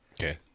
Okay